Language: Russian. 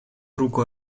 руку